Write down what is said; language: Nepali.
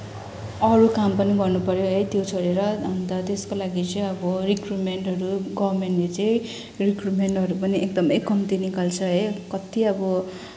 अरू काम पनि गर्नुपऱ्यो है त्यो छोडेर अन्त त्यसको लागि चाहिँ अब रिक्रुटमेन्टहरू गभर्मेन्टले चाहिँ रिक्रुटमेन्टहरू पनि अब एकदमै कम्ती निकाल्छ है कत्ति अब